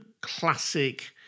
classic